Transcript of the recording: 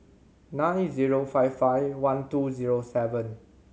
nine zero five five one two zero seven